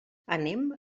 anem